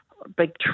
Big